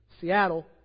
Seattle